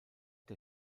der